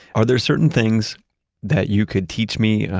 are there certain things that you could teach me?